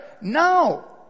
No